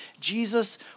Jesus